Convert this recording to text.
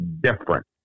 different